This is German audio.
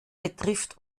betrifft